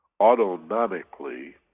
autonomically